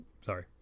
Sorry